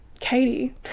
Katie